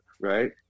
right